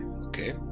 Okay